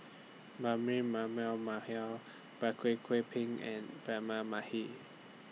Mallal Kwek Kwek Png and Braema Mathi